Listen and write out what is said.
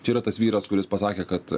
čia yra tas vyras kuris pasakė kad